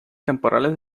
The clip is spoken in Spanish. temporales